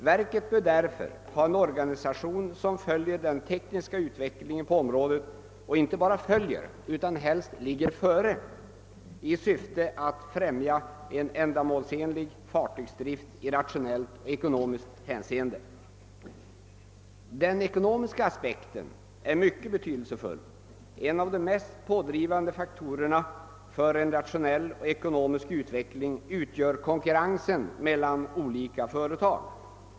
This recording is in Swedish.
Verket bör därför ha en organisation som följer den tekniska utvecklingen på området, och inte bara följer, utan helst ligger före i syfte att främja en ändamålsenlig far tygsdrift i rationellt och ekonomiskt hänseende. Den ekonomiska aspekten är mycket betydelsefull. En av de mest pådrivande faktorerna för en rationell och ekonomisk utveckling utgör konkurrensen mellan olika företag.